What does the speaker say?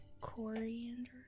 Coriander